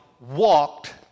walked